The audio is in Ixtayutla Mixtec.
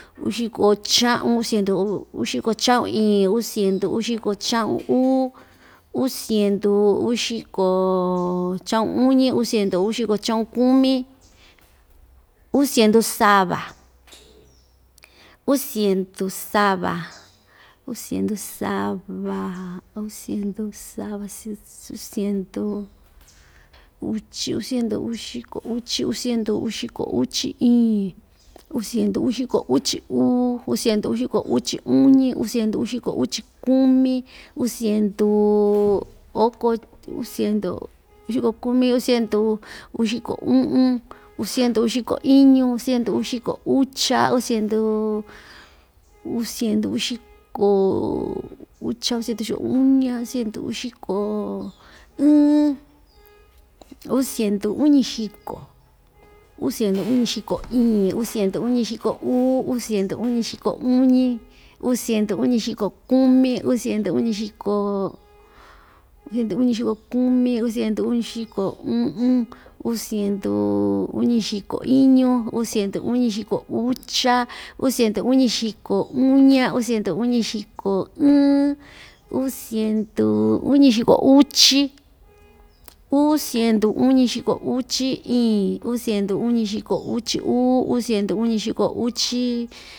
Uxiko cha'un, uu siendu uxiko cha'un iin, uu siendu uxiko cha'un uu, uu siendu uxiko cha'un uñi, uu siendu uxiko cha'un kumi, uu siendu sava, uu siendu sava uu siendu sava uu siendu sava siendu uchi uu siendu uxiko uchi, uu siendu uxiko uchi iin, uu siendu uxiko uchi uu, uu siendu uxiko uchi uñi, uu siendu uxiko uchi kumi, uu sienduu oko uu siendu uxiko kumi, uu siendu uxiko u'un, uu siendu uxiko iñu, uu siendu uxiko ucha, uu siendu uu siendu uxiko ucha, uu siendu uxiko uña, uu siendu uxiko ɨɨn, uu siendu uñixiko, uu siendu uñixiko iin, uu siendu uñixiko uu, uu siendu uñixiko uñi, uu siendu uñixiko kumi, uu siendu uñixiko uu siendu uñixiko kumi, uu siendu uñixiko u'un, uu siendu uñixiko iñu, uu siendu uñixiko ucha, uu siendu uñixiko uña, uu siendu uñixiko ɨɨn, uu siendu uñixiko uchi, uu siendu uñixiko uchi iin, uu siendu uñixiko uchi uu, uu siendu uñixiko uchi.